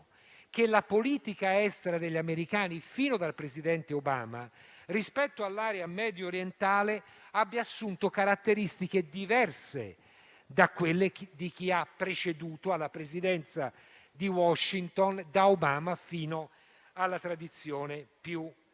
che la politica estera degli americani, fin dal presidente Obama, rispetto all'area mediorientale abbia assunto caratteristiche diverse da quelle di chi ha preceduto Obama alla presidenza americana fino alla tradizione più recente.